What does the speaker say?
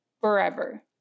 forever